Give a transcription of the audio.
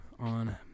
on